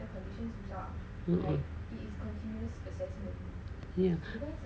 mm ya